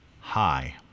hi